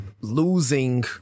losing